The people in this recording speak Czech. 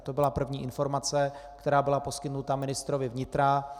To byla první informace, která byla poskytnuta ministrovi vnitra.